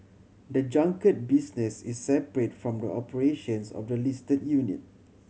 the junket business is separate from the operations of the listed unit